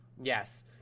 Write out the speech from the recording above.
yes